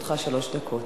לרשותך שלוש דקות.